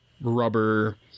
rubber